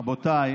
רבותיי,